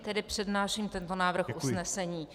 Tedy přednáším tento návrh usnesení.